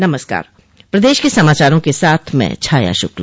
नमस्कार प्रदेश के समाचारों के साथ मैं छाया शुक्ला